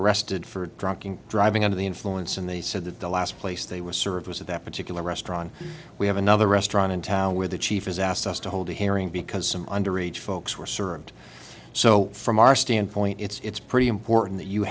arrested for drunk driving under the influence and they said that the last place they were served was at that particular restaurant we have another restaurant in town where the chief has asked us to hold a herring because some underage folks were served so from our standpoint it's pretty important that you